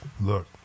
look